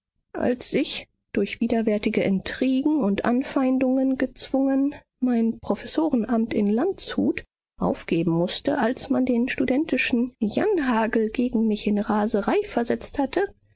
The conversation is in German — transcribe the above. als ich durch widerwärtige intrigen und anfeindungen gezwungen mein professorenamt in landshut aufgeben mußte als man den studentischen janhagel gegen mich in raserei versetzt hatte